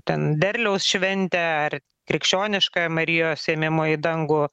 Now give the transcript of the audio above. ten derliaus šventę ar krikščioniškąją marijos ėmimo į dangų